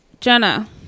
jenna